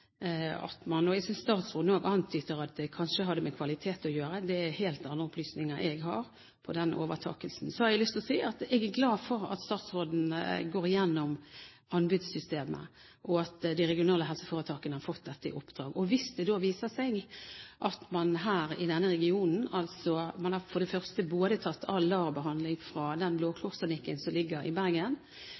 at man nå – jeg synes statsråden også gjør det – antyder at det kanskje hadde med kvalitet å gjøre. Det er helt andre opplysninger jeg har angående den overtakelsen. Så har jeg lyst til å si at jeg er glad for at statsråden går igjennom anbudssystemet, og at de regionale helseforetakene har fått dette i oppdrag. I denne regionen har man for det første tatt all LAR-behandling fra den Blå Kors-klinikken som ligger i Bergen,